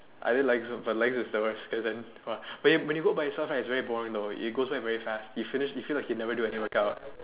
I do legs but legs is the worst as in when you when you go by yourself right is very boring though it goes by very fast you finish you feel like you never do any workout